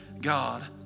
God